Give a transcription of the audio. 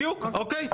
בדיוק, אוקיי.